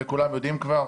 את זה כולם יודעים כבר,